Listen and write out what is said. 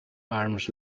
arms